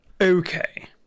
Okay